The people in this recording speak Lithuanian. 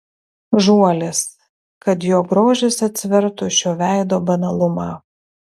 žuolis kad jo grožis atsvertų šio veido banalumą